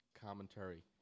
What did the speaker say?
commentary